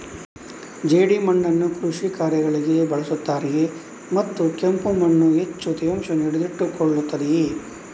ಜೇಡಿಮಣ್ಣನ್ನು ಕೃಷಿ ಕಾರ್ಯಗಳಿಗೆ ಬಳಸುತ್ತಾರೆಯೇ ಮತ್ತು ಕೆಂಪು ಮಣ್ಣು ಹೆಚ್ಚು ತೇವಾಂಶವನ್ನು ಹಿಡಿದಿಟ್ಟುಕೊಳ್ಳುತ್ತದೆಯೇ?